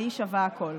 והיא שווה הכול.